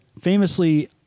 famously